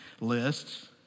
lists